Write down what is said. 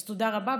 אז תודה רבה,